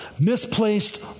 misplaced